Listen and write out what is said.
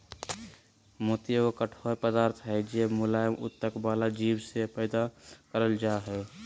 मोती एगो कठोर पदार्थ हय जे मुलायम उत्तक वला जीव से पैदा करल जा हय